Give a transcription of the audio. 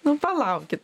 nu palaukit